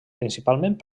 principalment